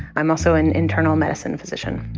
i'm also an internal medicine physician.